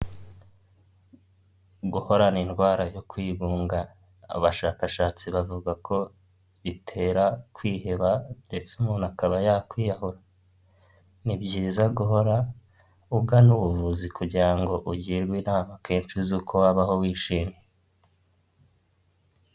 Guhorana indwara yo kwigunga, abashakashatsi bavuga ko bitera kwiheba ndetse umuntu akaba yakwiyahura. Ni byiza guhora ugana ubuvuzi kugira ngo ugirwe inama kenshi z'uko wabaho wishimye.